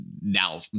now